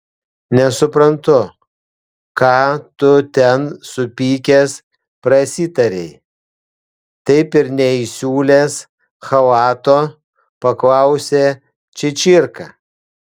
nesuprantu ką tu ten supykęs prasitarei taip ir neįsiūlęs chalato paklausė čičirka